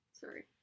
Sorry